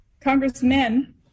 congressmen